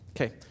Okay